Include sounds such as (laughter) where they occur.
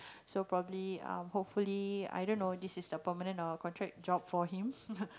so probably uh hopefully i don't know this is a permanent or contract job for him (laughs)